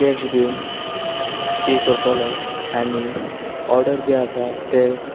cash दिवन pay करतलो order जें आसा तें